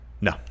No